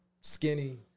skinny